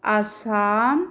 Assam